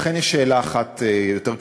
אכן יש שאלה אחת יותר כבדה,